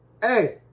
hey